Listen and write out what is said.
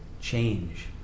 change